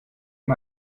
man